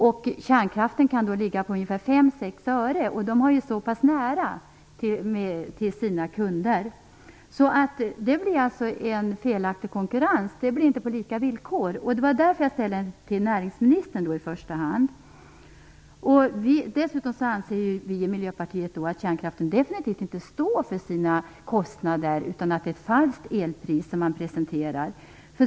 För kärnkraftens del kan den ligga på 5-6 öre. Kärnkraftverken ligger nära sina kunder. Det blir alltså en felaktig konkurrens, inte på lika villkor. Därför ställde jag frågan i första hand till näringsministern. Dessutom anser vi i Miljöpartiet att kärnkraftverken definitivt inte står för sina kostnader, utan det är ett falskt elpris.